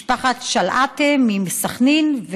משפחת שלאעטה מסח'נין,